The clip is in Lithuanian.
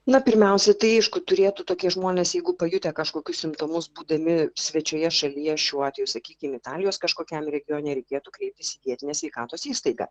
na pirmiausiai tai aišku turėtų tokie žmonės jeigu pajutę kažkokius simptomus būdami svečioje šalyje šiuo atveju sakykim italijos kažkokiam regione reikėtų kreiptis vietinę sveikatos įstaigą